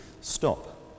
stop